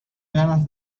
ganas